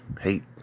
hate